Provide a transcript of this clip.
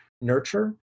nurture